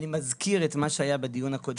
מזכיר את מה שהיה בדיון הקודם,